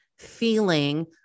feeling